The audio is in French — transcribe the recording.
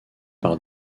par